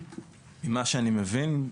ממה שאני מבין,